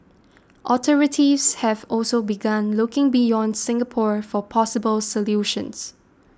authorities have also begun looking beyond Singapore for possible solutions